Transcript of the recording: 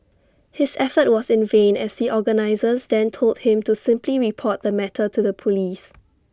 his effort was in vain as the organisers then told him to simply report the matter to the Police